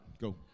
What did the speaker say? go